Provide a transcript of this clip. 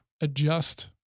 adjust